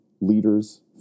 leaders